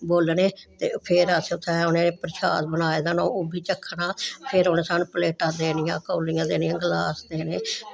बोलने ते फिर असें उनें ई उत्थें प्रशाद बनाये दा होना ओह्बी चखना फिर उनें सानूं प्लेटां देनियां कोलियां देनियां ग्लास देने